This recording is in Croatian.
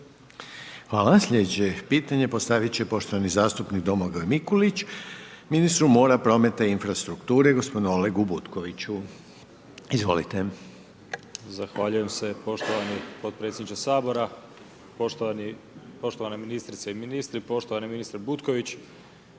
Hvala. Slijedeće pitanje postavit će poštovani zastupnik Domagoj Mikulić ministru Mora, prometa i infrastrukture gospodinu Olegu Butkoviću. Izvolite. **Mikulić, Domagoj (HDZ)** Zahvaljujem se poštovani potpredsjedniče Sabora. Poštovane ministrice i ministri, poštovani ministre Butković.